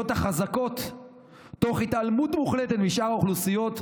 החזקות תוך התעלמות מוחלטת משאר האוכלוסיות,